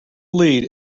lead